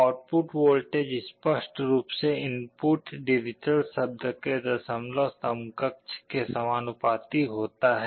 output voltage स्पष्ट रूप से इनपुट डिजिटल शब्द के दशमलव समकक्ष के समानुपाती होता है